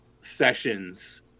sessions